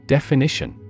Definition